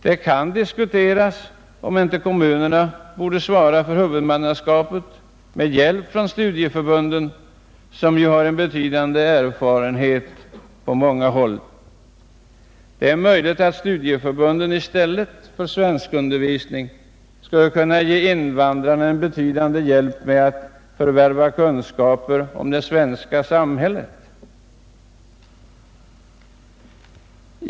Det kan diskuteras om inte kommunerna borde svara för huvudmannaskapet med hjälp av studieförbunden, som har en betydande erfarenhet på många områden. Det är möjligt att studieförbunden i stället för svenskundervisning skulle kunna ge invandrarna en värdefull hjälp med att förvärva kunskaper om det svenska samhället.